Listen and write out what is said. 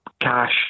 cash